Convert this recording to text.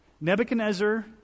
Nebuchadnezzar